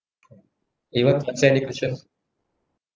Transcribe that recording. you want to answer any questions